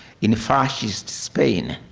in fascist, spain,